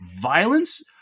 violence